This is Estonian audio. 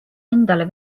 endale